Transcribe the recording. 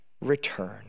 return